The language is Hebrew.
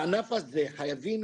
הענף הזה חייבים,